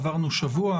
עברנו שבוע,